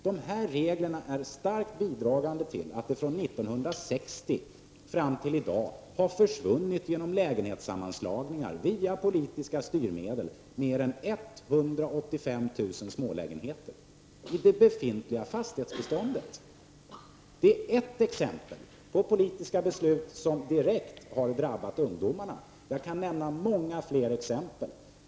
Dessa regler är starkt bidragande till att det från 1960 fram till i dag till följd av lägenhetssammanslagningar har försvunnit, via politiska styrmedel, mer än 185 000 smålägenheter i det befintliga fastighetsbeståndet. Detta är ett exempel på politiska beslut som direkt har drabbat ungdomarna. Jag skulle kunna nämna många fler exempel.